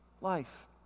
life